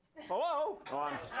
hello? i'm